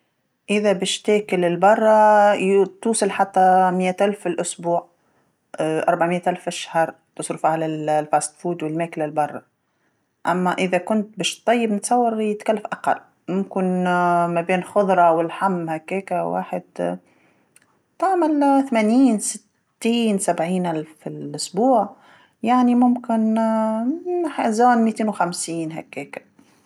إذا باش تاكل البرا ي- توصل حتى مية الف في الأسبوع، أربعميتلف في الشهر، تصرف على ال- الأكل السريع والماكله البرا، أما إذا كنت باش تطيب نتصور يتكلف أقل، ممكن ما بين خضرا ولحم هكاكا وحد، تعمل ثمانين ستين سبعينلف في الأسبوع، يعني ممكن منطقة ميتين وخمسين هكاكا.